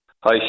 Hi